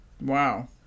Wow